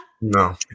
No